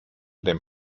dem